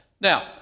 Now